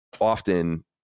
often